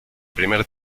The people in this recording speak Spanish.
primer